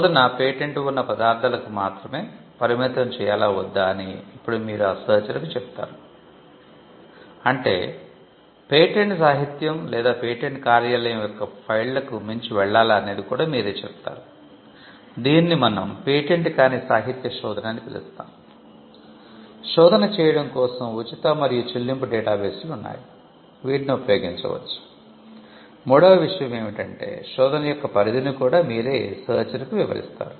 శోధన పేటెంట్ ఉన్న పదార్థాలకు మాత్రమే పరిమితం చేయాలా వద్దా అని ఇప్పుడు మీరు ఆ సెర్చర్ కి వివరిస్తారు